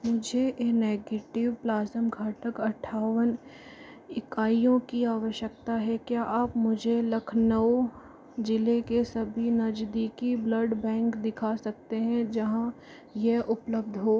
मुझे A negative plasma घटक अठावन इकाइयों की आवश्यकता है क्या आप मुझे लखनऊ ज़िले के सभी नज़दीकी ब्लड बैंक दिखा सकते हैं जहाँ यह उपलब्ध हो